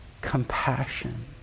compassion